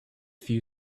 few